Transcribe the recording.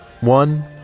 One